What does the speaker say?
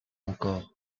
encore